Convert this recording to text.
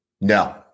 No